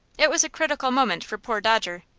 it was a critical moment for poor dodger,